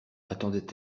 attendait